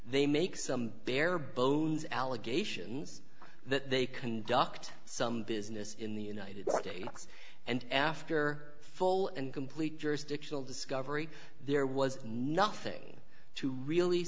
they make some bare bones allegations that they conduct some business in the united states and after full and complete jurisdictional discovery there was nothing to really